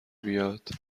بیاد